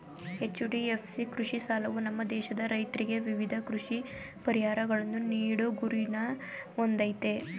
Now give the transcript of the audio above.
HDFC ಕೃಷಿ ಸಾಲವು ನಮ್ಮ ದೇಶದ ರೈತ್ರಿಗೆ ವಿವಿಧ ಕೃಷಿ ಪರಿಹಾರಗಳನ್ನು ನೀಡೋ ಗುರಿನ ಹೊಂದಯ್ತೆ